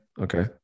Okay